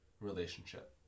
relationship